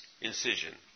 incision